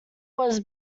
was